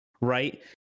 right